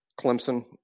Clemson